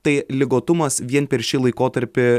tai ligotumas vien per šį laikotarpį